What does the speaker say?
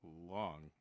long